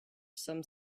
some